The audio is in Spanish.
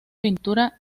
pintura